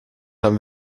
haben